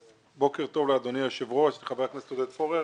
בוקר טוב לאדוני היושב ראש, לחבר הכנסת עודד פורר.